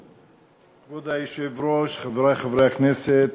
כבוד היושב-ראש, חברי חברי הכנסת,